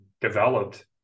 developed